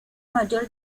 mayor